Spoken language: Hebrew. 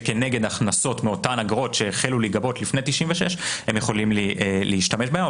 שכנגד הכנסות מאותן אגרות שהחלו להיגבות לפני 96' הם יכולים להשתמש בהם.